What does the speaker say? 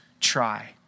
try